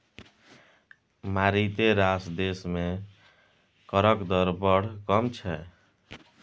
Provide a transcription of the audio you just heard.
मारिते रास देश मे करक दर बड़ कम छै